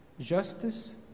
justice